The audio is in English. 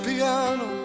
Piano